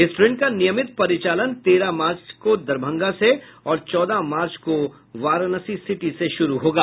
इस ट्रेन का नियमित परिचालन तेरह मार्च को दरभंगा से और चौदह मार्च को वाराणसी सिटी से होगा